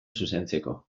zuzentzeko